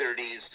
30s